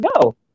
go